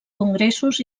congressos